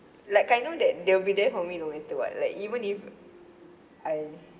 like I know that they'll be there for me no matter what like even if I